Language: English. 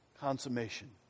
consummation